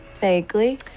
Vaguely